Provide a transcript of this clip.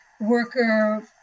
worker